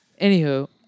Anywho